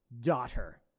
Daughter